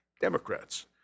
Democrats